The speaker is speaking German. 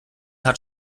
hat